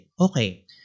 Okay